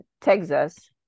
Texas